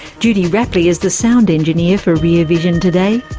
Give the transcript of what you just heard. judy rapley is the sound engineer for rear vision today.